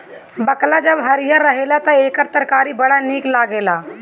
बकला जब हरिहर रहेला तअ एकर तरकारी बड़ा निक लागेला